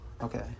okay